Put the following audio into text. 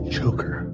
choker